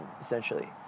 essentially